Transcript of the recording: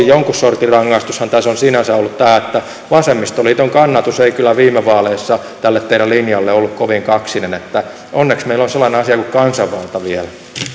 jonkun sortin rangaistushan tässä on sinänsä ollut tämä että vasemmistoliiton kannatus ei kyllä viime vaaleissa tälle teidän linjallenne ollut kovin kaksinen niin että onneksi meillä on sellainen asia kuin kansanvalta vielä